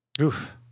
Oof